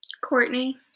Courtney